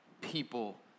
people